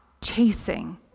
chasing